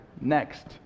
Next